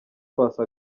paccy